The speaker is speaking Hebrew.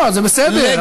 לא, זה בסדר.